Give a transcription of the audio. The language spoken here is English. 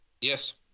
Yes